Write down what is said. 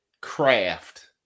craft